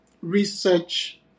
research